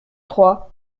trois